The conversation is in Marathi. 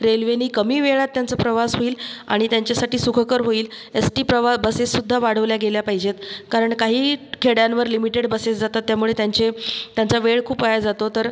रेल्वेने कमी वेळात त्यांचा प्रवास होईल आणि त्यांच्यासाठी सुखकर होईल एसटी प्रवा बसेससुद्धा वाढवल्या गेल्या पाहिजेत कारण काहीही खेड्यांवर लिमिटेड बसेस जातात त्यामुळे त्यांचे त्यांचा वेळ खूप वाया जातो तर